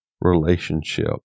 relationship